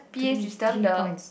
three three points